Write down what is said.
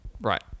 right